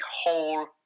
whole